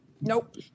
Nope